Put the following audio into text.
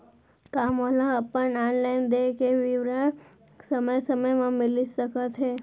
का मोला अपन ऑनलाइन देय के विवरण समय समय म मिलिस सकत हे?